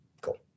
cool